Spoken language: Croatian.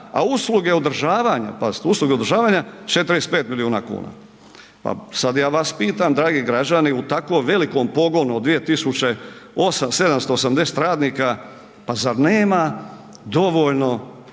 a usluge održavanja, pazite usluge održavanja 45 milijuna kuna. Pa sada ja vas pitam dragi građani u tako velikom pogonu od 2.780 radnika pa zar nema dovoljno